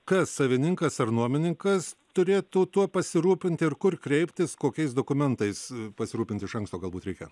kas savininkas ar nuomininkas turėtų tuo pasirūpinti ir kur kreiptis kokiais dokumentais pasirūpinti iš anksto galbūt reikia